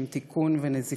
עם תיקון ונזיפה.